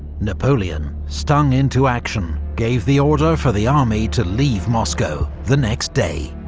napoleon, stung into action, gave the order for the army to leave moscow the next day.